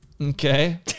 Okay